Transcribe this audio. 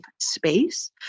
space